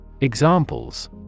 Examples